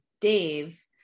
Dave